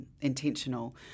intentional